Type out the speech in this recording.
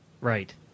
Right